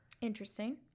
interesting